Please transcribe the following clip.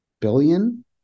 billion